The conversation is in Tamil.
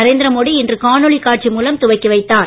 நரேந்தி ரமோடிஇன்றுகாணொளிகாட்சிமூலம்துவக்கிவைத்தார்